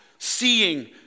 Seeing